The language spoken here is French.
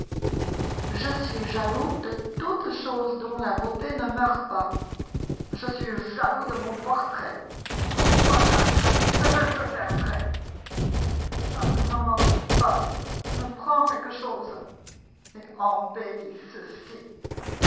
je suis jaloux de toute chose dont la beauté ne meurt pas je suis jaloux de mon portrait pourquoi gardera t il ce que je perdrai chaque moment qui passe me prend quelque chose et embellit ceci